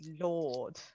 Lord